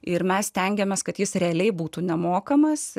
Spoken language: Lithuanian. ir mes stengiamės kad jis realiai būtų nemokamas